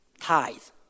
tithes